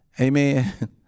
Amen